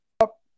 up